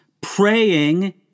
praying